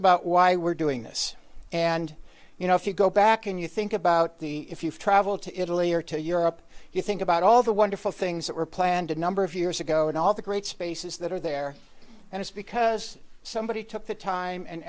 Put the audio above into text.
about why we're doing this and you know if you go back and you think about the if you travel to italy or to europe you think about all the wonderful things that were planned a number of years ago and all the great spaces that are there and it's because somebody took the time and